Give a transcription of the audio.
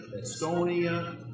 Estonia